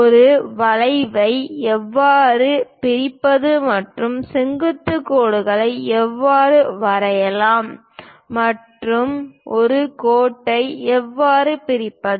ஒரு வளைவை எவ்வாறு பிரிப்பது மற்றும் செங்குத்து கோடுகளை எவ்வாறு வரையலாம் மற்றும் ஒரு கோட்டை எவ்வாறு பிரிப்பது